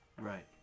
Right